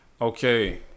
Okay